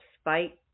Spite